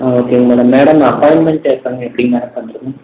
ஓகேங்க madam madam appointment எப்போங்க எப்படிங்க மேடம் பண்றது